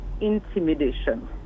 intimidation